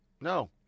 No